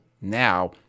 now